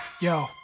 Yo